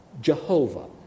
Jehovah